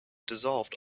dissolved